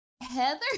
Heather